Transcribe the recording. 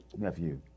nephew